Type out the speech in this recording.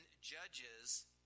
Judges